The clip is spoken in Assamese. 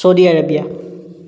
ছৌডি আৰবিয়া